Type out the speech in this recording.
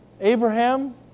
Abraham